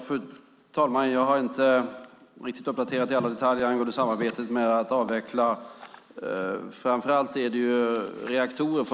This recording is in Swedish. Fru talman! Jag är inte riktigt uppdaterad i alla detaljer om hur samarbetet med att avveckla framför allt reaktorer från atomubåtar går.